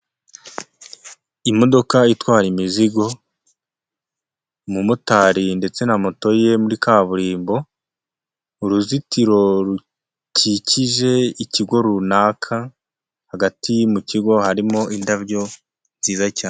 Imodoka itwara imizigo, umumotari ndetse na moto ye muri kaburimbo, uruzitiro rukikije ikigo runaka, hagati mu kigo harimo indabyo nziza cyane.